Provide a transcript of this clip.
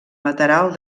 lateral